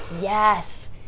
yes